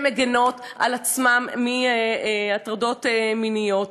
שמגינות עליהם מהטרדות מיניות.